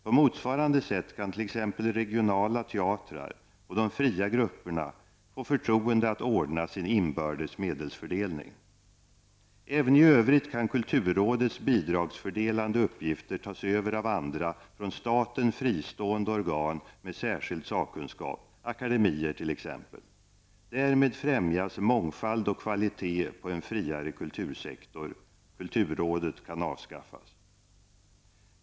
På motsvarande sätt kan t.ex. de regionala teatrarna och de fria grupperna få förtroende att ordna sin inbördes medelsfördelning. Även i övrigt kan kulturrådets bidragsfördelande uppgifter tas över av andra, från staten fristående organ med särskild sakkunskap -- akademier t.ex. Därmed främjas mångfald och kvalitet på en friare kultursektor. Kulturrådet kan avskaffas.